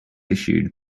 issued